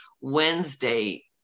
Wednesday